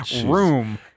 room